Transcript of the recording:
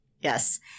yes